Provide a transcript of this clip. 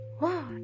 Wow